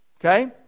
Okay